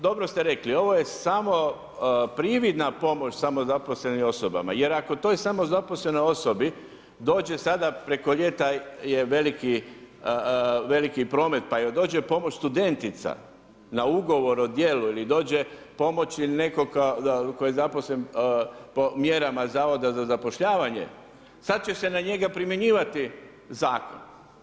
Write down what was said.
Dobro ste rekli, ovo je samo prividna pomoć samozaposlenim osobama jer ako toj samozaposlenoj osobi dođe sada preko ljeta je veliki promet, pa joj dođe pomoć studentica na ugovor o djelu ili dođe pomoć nekoga tko je zaposlen po mjerama Zavoda za zapošljavanje, sad će se na njega primjenjivati zakon.